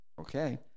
Okay